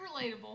relatable